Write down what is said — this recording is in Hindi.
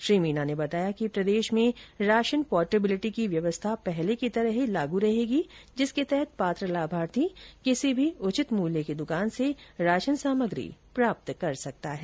श्री मीना ने बताया कि प्रदेश में राशन पोर्टेबिलिटी की व्यवस्था पहले की तरह ही लागू रहेगी जिसके तहत पात्र लाभार्थी किसी भी उचित मूल्य की दुकान से राशन सामग्री प्राप्त कर सकता है